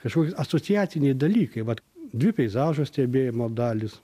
kažkoki asociaciniai dalykai vat dvi peizažo stebėjimo dalys